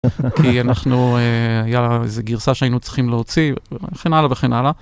כי אנחנו, יאללה, איזו גרסה שהיינו צריכים להוציא, וכן הלאה וכן הלאה.